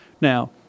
Now